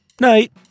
Night